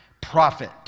profit